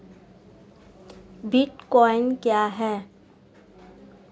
Bitcoin क्या है?